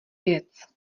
věc